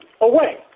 away